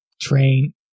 train